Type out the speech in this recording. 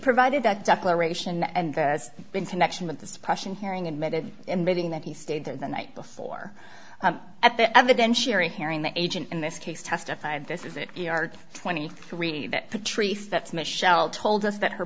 provided that declaration and that has been connection with the suppression hearing admitted invading that he stayed there the night before at the evidence sharing hearing the agent in this case testified this is it twenty three that patrice that's michelle told us that her